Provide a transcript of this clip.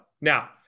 Now